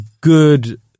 good